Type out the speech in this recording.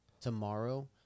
tomorrow